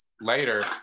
later